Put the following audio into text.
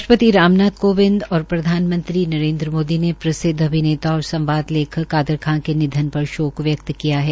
राष्ट्रपति राम नाथ कोविदं और प्रधानमंत्री नरेन्द्र मोदी ने प्रसिद्व अभिनेता और संवाद लेखक कादर खां के निधन पर शोक प्रकट किया है